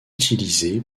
utilisé